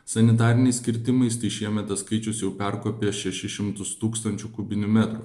sanitariniais kirtimais tai šiemet tas skaičius jau perkopė šešis šimtus tūkstančių kubinių metrų